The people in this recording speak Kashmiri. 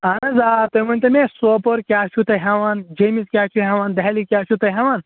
اہن حظ آ تُہۍ ؤنۍتو مےٚ سوپور کیٛاہ چھُو تُہۍ ہٮ۪وان جیٚمِس کیٛاہ چھُو ہٮ۪وان دہلی کیٛاہ چھُو تُہۍ ہٮ۪وان